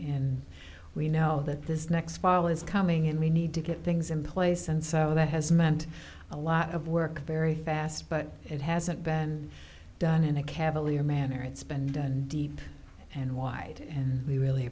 and we know that this next fall is coming and we need to get things in place and so that has meant a lot of work very fast but it hasn't been done in a cavalier manner it's been deep and wide we really